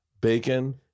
bacon